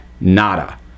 Nada